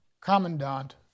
Commandant